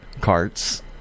carts